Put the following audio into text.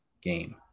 game